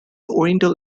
oriental